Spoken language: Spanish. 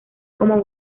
como